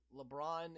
LeBron